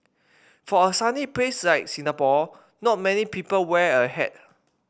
for a sunny place like Singapore not many people wear a hat